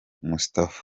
mustafa